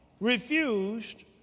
refused